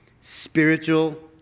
Spiritual